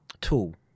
tool